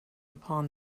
upon